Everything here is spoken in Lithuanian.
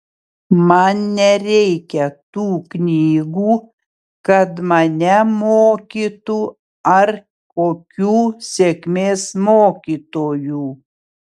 man nereikia tų knygų kad mane mokytų ar kokių sėkmės mokytojų